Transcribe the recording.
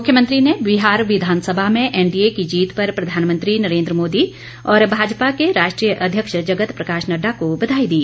मुख्यमंत्री बिहार विधानसभा में एनडीए की जीत पर प्रधानमंत्री नरेन्द्र मोदी और भाजपा के राष्ट्रीय अध्यक्ष जगत प्रकाश नड्डा को बधाई दी